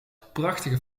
prachtige